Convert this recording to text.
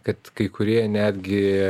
kad kai kurie netgi